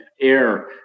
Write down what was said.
air